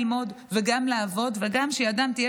כדי שהם יצליחו גם ללמוד וגם לעבוד וגם שידם תהיה